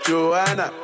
Joanna